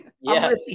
Yes